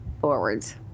forwards